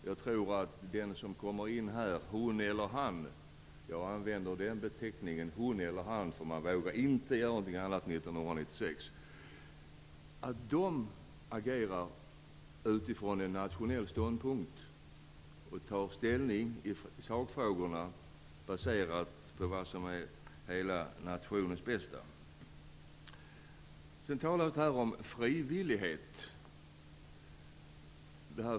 Jag tror att den som kommer in här, hon eller han - jag använder den beteckningen, hon eller han, för man vågar inte göra något annat 1996 - agerar utifrån en nationell ståndpunkt och tar ställning i sakfrågorna med utgångspunkt i vad som är hela nationens bästa. Det talas här om frivillighet.